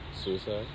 Suicide